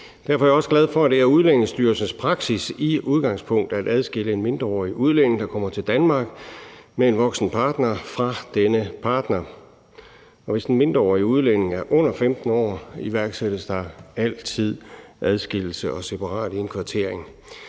Derfor er jeg også glad for, at det i udgangspunktet er Udlændingestyrelsens praksis at adskille en mindreårig udlænding, der kommer til Danmark med en voksen partner, fra denne partner, og hvis den mindreårige udlænding er under 15 år, iværksættes der altid adskillelse og separat indkvartering.